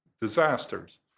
disasters